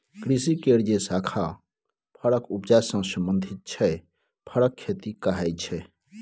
कृषि केर जे शाखा फरक उपजा सँ संबंधित छै फरक खेती कहाइ छै